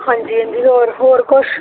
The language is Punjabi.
ਹਾਂਜੀ ਹਾਂਜੀ ਹੋਰ ਹੋਰ ਕੁਛ